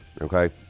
Okay